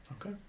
Okay